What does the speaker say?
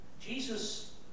Jesus